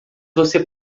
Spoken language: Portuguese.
você